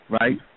right